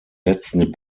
letzten